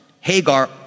Hagar